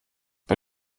bei